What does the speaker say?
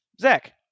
Zach